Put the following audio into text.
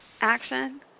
action